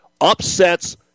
upsets